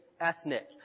ethnic